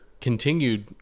continued